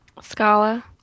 Scala